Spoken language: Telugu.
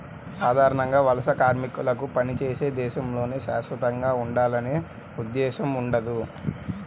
సాధారణంగా వలస కార్మికులకు పనిచేసే దేశంలోనే శాశ్వతంగా ఉండాలనే ఉద్దేశ్యం ఉండదు